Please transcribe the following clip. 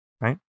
Right